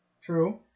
True